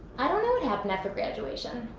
i don't know what happened after graduation.